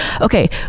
okay